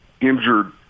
injured